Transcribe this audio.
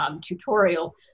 tutorial